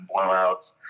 blowouts